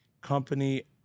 company